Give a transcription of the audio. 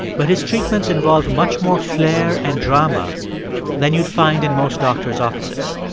but his treatments involved much more flair and drama than you'd find in most doctor's offices.